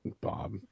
Bob